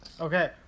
Okay